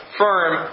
firm